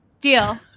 Deal